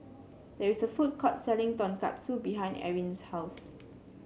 there is a food court selling Tonkatsu behind Erin's house